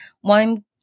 One